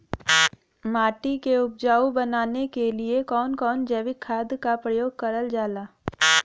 माटी के उपजाऊ बनाने के लिए कौन कौन जैविक खाद का प्रयोग करल जाला?